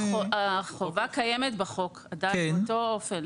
החובה קיימת בחוק עדיין באותו אופן.